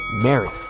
Mary